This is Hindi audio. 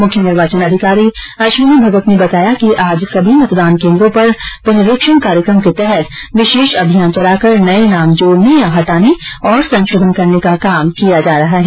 मुख्य निर्वाचन अधिकारी अश्विनी भगत ने बताया कि आज सभी मतदान केन्द्रों पर पुनरीक्षण कार्यक्रम के तहत विशेष अभियान चलाकर नये नाम जोड़ने या हटाने और संशोधन करने का काम किया जा रहा है